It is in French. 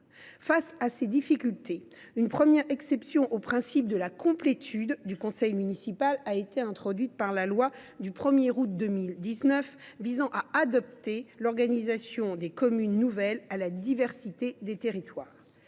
Face à ces difficultés, une première exception au principe de complétude du conseil municipal a été introduite par la loi du 1 août 2019 visant à adapter l’organisation des communes nouvelles à la diversité des territoires,